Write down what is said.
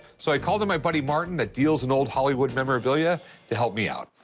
so i called in my buddy martin that deals in old hollywood memorabilia to help me out.